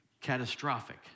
catastrophic